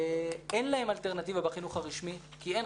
אין להם אלטרנטיבה בחינוך הרשמי כי אין